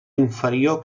inferior